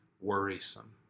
worrisome